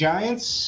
Giants